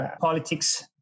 politics